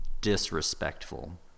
disrespectful